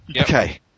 Okay